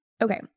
Okay